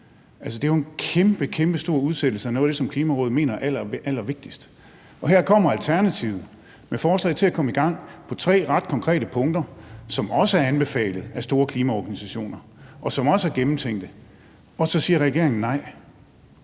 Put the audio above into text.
det er jo en kæmpekæmpestor udsættelse af noget af det, som Klimarådet mener er allervigtigst. Og her kommer Alternativet med forslag til at komme i gang på tre ret konkrete punkter, som også er anbefalet af store klimaorganisationer, og som også er gennemtænkt – og så siger regeringen nej.